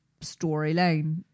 storyline